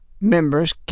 members